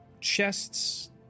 Chests